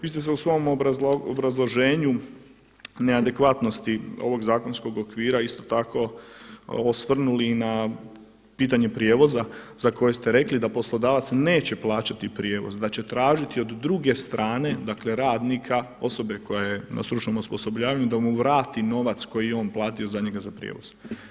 Vi ste se u svom obrazloženju neadekvatnosti ovog zakonskog okvira isto tako osvrnuli na pitanje prijevoza za koji ste rekli da poslodavac neće plaćati prijevoz, da će tražiti od druge strane, dakle radnika osobe koja je na stručnom osposobljavanju da mu vrati novac koji je on plati za njega za prijevoz.